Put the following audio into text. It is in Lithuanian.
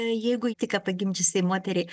jeigu tik ką pagimdžiusiai moteriai